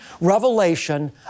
revelation